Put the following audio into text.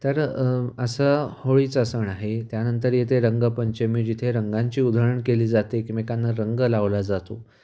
तर असं होळीचा सण आहे त्यानंतर इथे रंगपंचमी जिथे रंगांची उधळण केली जाते एकमेकांना रंग लावला जातो